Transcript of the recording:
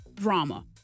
drama